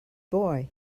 boy